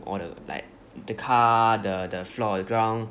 all the like the car the the floor the ground